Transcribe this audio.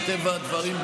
מטבע הדברים,